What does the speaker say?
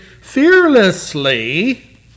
fearlessly